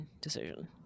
decision